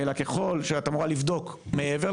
אלא ככול שאת אמורה לבדוק מעבר,